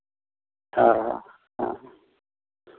हाँ हाँ हाँ हाँ